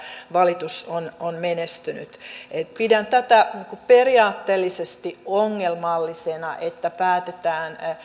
valitus on on menestynyt pidän tätä periaatteellisesti ongelmallisena että päätetään